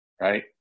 right